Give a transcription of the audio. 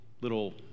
little